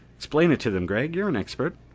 explain it to them, gregg. you're an expert.